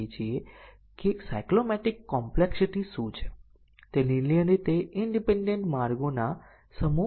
તેથી આપણે હમણાં જ જોયું છે કે MCDC ટેસ્ટીંગ એ ખૂબ જ અસરકારક ટેસ્ટીંગ તકનીક છે કે જેના ટેસ્ટ કેસ નાની સંખ્યામાં છે